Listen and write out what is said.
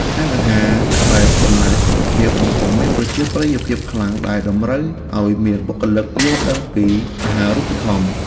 ហាងអាហារបែបបន្លែសុខភាពកំពុងមានប្រជាប្រិយភាពខ្លាំងដែលតម្រូវឱ្យមានបុគ្គលិកយល់ដឹងពីអាហារូបត្ថម្ភ។